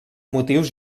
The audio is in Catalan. motius